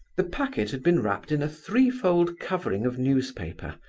the packet had been wrapped in a threefold covering of newspaper,